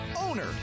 Owner